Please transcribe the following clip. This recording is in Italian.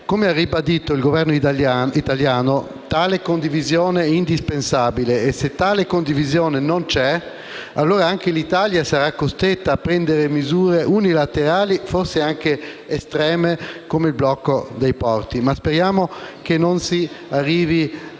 Come ha ribadito il Governo italiano, tale condivisione è indispensabile e se tale condivisione non c'è, allora anche l'Italia sarà costretta a prendere misure unilaterali, forse anche estreme come il blocco dei porti, ma speriamo che non si arrivi